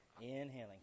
inhaling